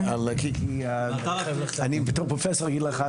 כי אני בתור פרופ' אגיד לך,